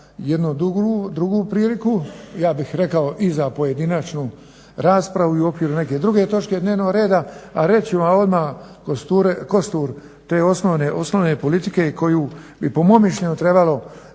jednu drugu priliku, ja bih rekao i za pojedinačnu raspravu i u okviru neke druge točke dnevnog reda, a reći ću vam odmah kostur te osnovne politike koju bi mom mišljenju trebalo